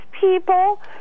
people